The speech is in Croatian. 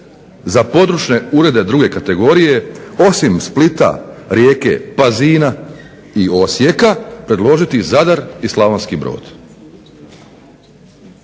za područne urede druge kategorije osim Splita, Rijeke, Pazina i Osijeka predložiti Zadar i Slavonski Brod,